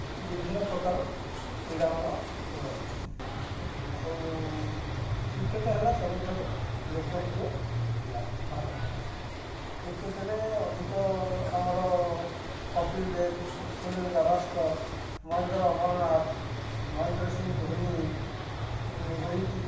ବିଭିନ୍ନ ପ୍ରକାର କ୍ରୀଡ଼ାମାନ ରହିଛି ଆଉ କ୍ରିକେଟ ହେଲା ସବୁଠାରୁ ଲୋକପ୍ରିୟ କ୍ରୀଡ଼ା ଭାରତର କ୍ରିକେଟରେ ଅଧିକ ଆମର କପିଲ ଦେବ ସୁନୀଲ ଗାଭାସ୍କର ମହେନ୍ଦ୍ର ଅମଲନାଥ ମହେନ୍ଦ୍ର ସିଂ ଧୋନି ରୋହିତ